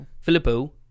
Filippo